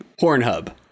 Pornhub